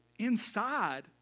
inside